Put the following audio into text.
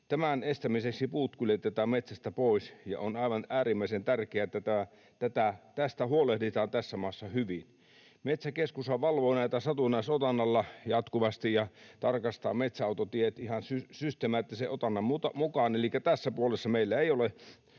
Tämän estämiseksi puut kuljetetaan metsästä pois, ja on aivan äärimmäisen tärkeää, että tästä huolehditaan tässä maassa hyvin. Metsäkeskushan valvoo näitä satunnaisotannalla jatkuvasti ja tarkastaa metsäautotiet ihan systemaattisen otannan mukaan,